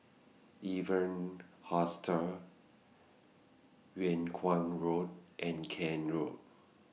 Evans Hostel Yung Kuang Road and Kent Road